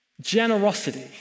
Generosity